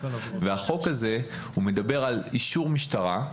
החוק הזה מדבר על אישור משטרה,